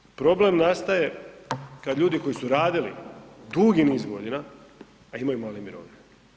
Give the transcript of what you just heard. Međutim, problem nastaje kad ljudi koji su radili dugi niz godina, a imaju male mirovine.